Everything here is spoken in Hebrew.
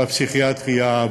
בפסיכיאטריה,